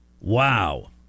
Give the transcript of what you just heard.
Wow